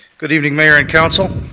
good evening, mayor and council.